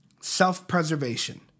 self-preservation